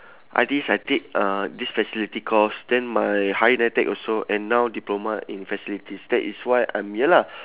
I_T_Es I take uh this facility course then my higher NITEC also and now diploma in facilities that is why I'm here lah